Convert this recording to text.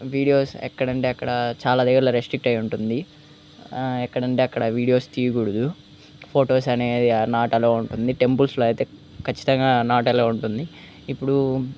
videos ఎక్కడంటే అక్కడ చాలా దెగ్గరలో రిస్ట్రిక్ట్ అయ్యి ఉంటుంది ఎక్కడంటే అక్కడ వీడియోస్ తీయగూడదు ఫోటోస్ అనేది నాట్ అలౌ ఉంటుంది టెంపుల్స్లో అయితే ఖచ్చితంగా నాట్ అలౌ ఉంటుంది ఇప్పుడూ